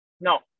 No